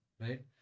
Right